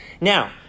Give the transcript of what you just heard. Now